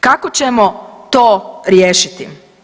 Kako ćemo to riješiti?